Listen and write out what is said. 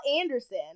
Anderson